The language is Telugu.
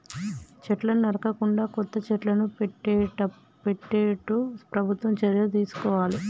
చెట్లను నరకకుండా కొత్త చెట్లను పెట్టేట్టు ప్రభుత్వం చర్యలు తీసుకోవాలి